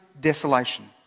desolation